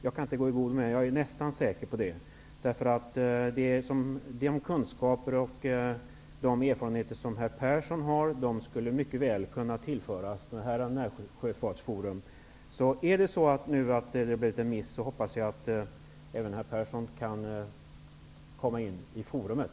Jag kan inte gå i god för det, men jag är nästan säker på det. De kunskaper och de erfarenheter som herr Persson har skulle mycket väl kunna tillföras Närsjöfartsforum. Om det nu har blivit en miss hoppas jag att även herr Persson kan komma med i forumet.